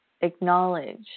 acknowledge